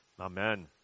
Amen